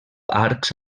arcs